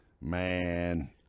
Man